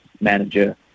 manager